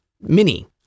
Mini